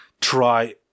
try